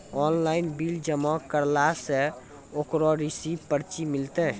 Online bill जमा करला से ओकरौ रिसीव पर्ची मिलतै?